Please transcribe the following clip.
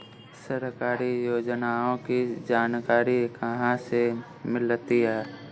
सरकारी योजनाओं की जानकारी कहाँ से मिलती है?